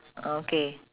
uh K